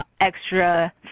extra